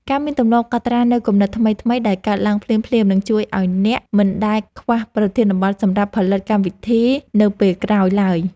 ការមានទម្លាប់កត់ត្រានូវគំនិតថ្មីៗដែលកើតឡើងភ្លាមៗនឹងជួយឱ្យអ្នកមិនដែលខ្វះប្រធានបទសម្រាប់ផលិតកម្មវិធីនៅពេលក្រោយឡើយ។